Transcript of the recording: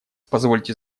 позвольте